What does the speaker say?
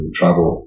travel